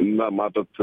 na matot